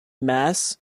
mass